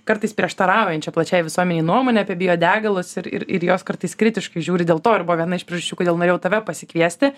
kartais prieštaraujančią plačiai visuomenei nuomonę apie biodegalus ir ir ir jos kartais kritiškai žiūri dėl to ir buvo viena iš priežasčių kodėl norėjau tave pasikviesti